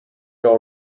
all